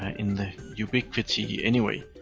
in ubiquiti anyway.